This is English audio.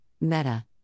Meta